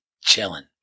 chilling